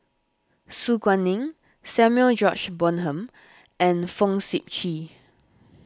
Su Guaning Samuel George Bonham and Fong Sip Chee